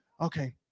Okay